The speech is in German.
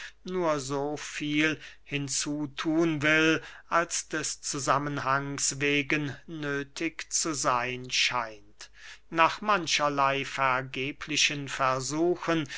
nur so viel hinzu thun will als des zusammenhangs wegen nöthig zu seyn scheint nach mancherley vergeblichen versuchen